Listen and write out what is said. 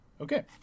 Okay